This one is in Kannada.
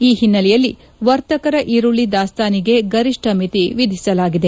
ಈ ಹಿನ್ನೆಲೆಯಲ್ಲಿ ವರ್ತಕರ ಈರುಳ್ಳಿ ದಾಸ್ತಾನಿಗೆ ಗರಿಷ್ಣ ಮಿತಿ ವಿಧಿಸಲಾಗಿದೆ